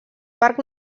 parc